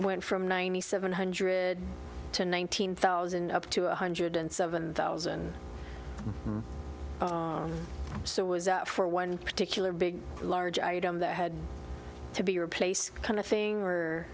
went from ninety seven hundred to nine hundred thousand up to a hundred and seven thousand so it was for one particular big large item that had to be replaced kind of thing or